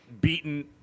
beaten